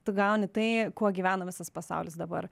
tu gauni tai kuo gyvena visas pasaulis dabar